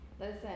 Listen